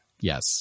Yes